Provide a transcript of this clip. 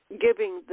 giving